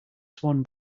swan